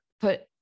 put